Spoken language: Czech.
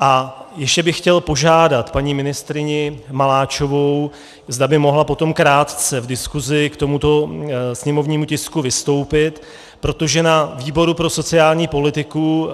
A ještě bych chtěl požádat paní ministryni Maláčovou, zda by mohla potom krátce v diskusi k tomuto sněmovnímu tisku vystoupit, protože na výboru pro sociální politiku